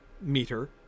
meter